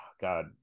god